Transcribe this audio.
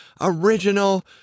original